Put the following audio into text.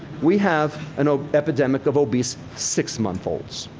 we have an ah epidemic of obese six-month olds.